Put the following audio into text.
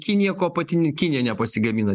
kinija ko pati kinija nepasigamina